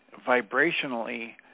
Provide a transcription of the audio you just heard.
vibrationally